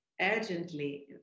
urgently